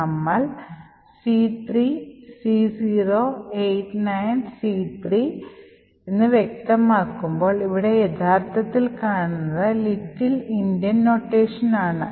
നമ്മൾ C3C089C3 വ്യക്തമാക്കുമ്പോൾ ഇവിടെ യഥാർത്ഥത്തിൽ കാണുന്നത് ലിറ്റിൽ ഇൻഡിയൻ നൊട്ടേഷൻ ആണ്